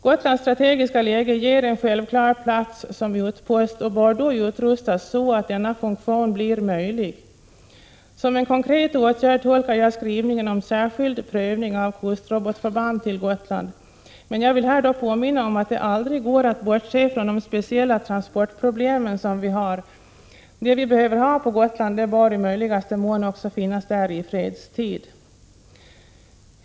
Gotlands strategiska läge ger en självklar plats som utpost, och Gotland bör då utrustas så att denna funktion blir möjlig. Som en konkret åtgärd tolkar jag skrivningen om särskild prövning av kustrobotförband till Gotland. Jag vill här påminna om att det aldrig går att bortse från de | speciella transportproblemen. Det vi behöver ha på Gotland bör i möjligaste mån också finnas där i fredstid.